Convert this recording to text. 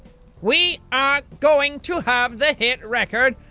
we. are. going. to have. the hit. record.